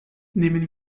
nehmen